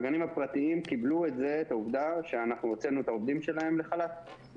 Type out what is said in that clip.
הגנים הפרטיים קיבלו את העובדה שאנחנו הוצאנו את העובדים שלהם לחל"ת.